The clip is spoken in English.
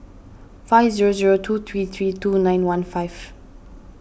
five zero zero two three three two nine one five